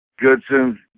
Goodson